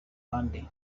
bandi